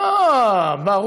למה לא נוכח?